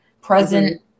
present